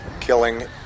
killing